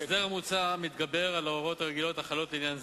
ההסדר המוצע מתגבר על ההוראות הרגילות החלות לעניין זה,